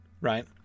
Right